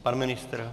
Pan ministr?